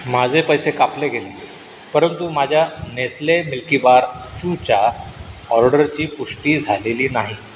माझे पैसे कापले गेले परंतु माझ्या नेस्ले मिल्कीबार चूच्या ऑर्डरची पुष्टी झालेली नाही